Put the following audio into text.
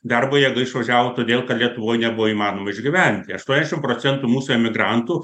darbo jėga išvažiavo todėl kad lietuvoj nebuvo įmanoma ižgyventi aštuoniasdešim procentų mūsų emigrantų